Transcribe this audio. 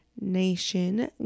Nation